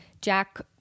Jack